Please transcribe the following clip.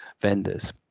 vendors